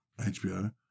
HBO